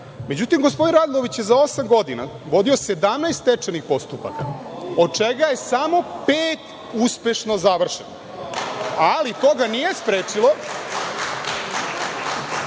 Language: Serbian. pripada.Međutim, gospodin Radulović je za osam godina vodio 17 stečajnih postupaka, od čega je samo pet uspešno završeno, ali to ga nije sprečilo